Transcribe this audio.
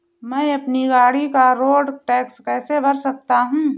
मैं अपनी गाड़ी का रोड टैक्स कैसे भर सकता हूँ?